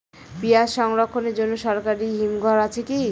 পিয়াজ সংরক্ষণের জন্য সরকারি হিমঘর আছে কি?